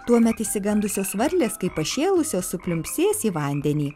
tuomet išsigandusios varlės kaip pašėlusios supliumpsės į vandenį